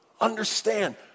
understand